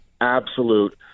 absolute